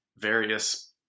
various